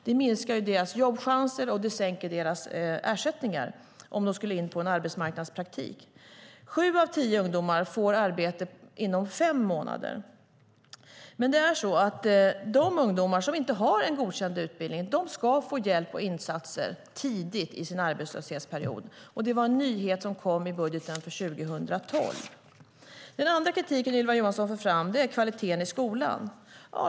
Det minskar deras jobbchanser, och det sänker deras ersättningar, om de skulle in på en arbetsmarknadspraktik. Sju av tio ungdomar får arbete inom fem månader. Men de ungdomar som inte har en godkänd utbildning ska få hjälp och insatser tidigt i sin arbetslöshetsperiod. Detta var en nyhet som kom i budgeten för 2012. Den andra aspekten i den kritik som Ylva Johansson för fram är kvaliteten i skolan.